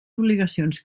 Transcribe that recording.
obligacions